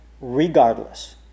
regardless